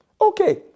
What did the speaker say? Okay